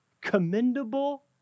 Commendable